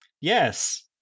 Yes